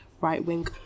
right-wing